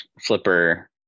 flipper